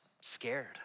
scared